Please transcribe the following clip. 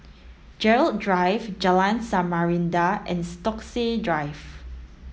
Gerald Drive Jalan Samarinda and Stokesay Drive